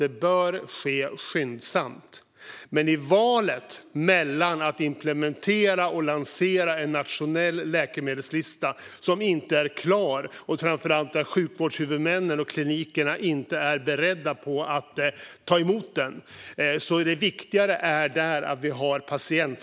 Men i valet mellan patientsäkerhet och att implementera och lansera en nationell läkemedelslista som inte är klar och som, framför allt, sjukvårdshuvudmännen och klinikerna inte är beredda att ta emot är patientsäkerheten det viktigaste.